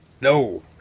No